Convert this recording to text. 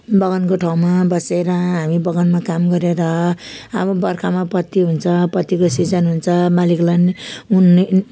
बगानको ठाउँमा बसेर हामी बगानमा काम गरेर अब बर्खामा पत्ती हुन्छ पत्तीको सिजन हुन्छ मालिकलाई पनि उनी